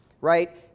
Right